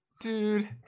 dude